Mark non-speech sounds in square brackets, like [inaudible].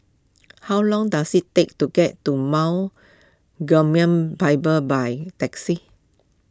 how long does it take to get to Mount [unintelligible] Bible by taxi